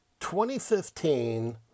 2015